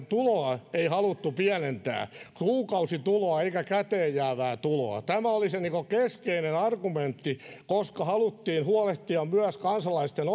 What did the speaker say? tuloa pienentää ei kuukausituloa eikä käteenjäävää tuloa tämä oli se keskeinen argumentti koska haluttiin huolehtia myös kansalaisten